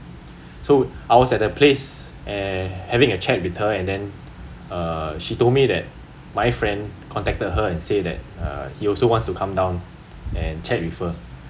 so I was at the place and having a chat with her and then uh she told me that my friend contacted her and say that uh he also wants to come down and chat with her